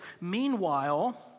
Meanwhile